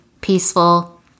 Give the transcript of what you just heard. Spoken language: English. peaceful